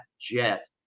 Jet